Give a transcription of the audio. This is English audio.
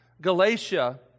Galatia